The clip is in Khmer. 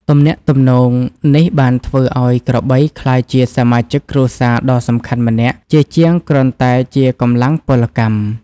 ទំនាក់ទំនងនេះបានធ្វើឱ្យក្របីក្លាយជាសមាជិកគ្រួសារដ៏សំខាន់ម្នាក់ ជាជាងគ្រាន់តែជាកម្លាំងពលកម្ម។